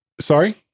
sorry